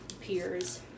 peers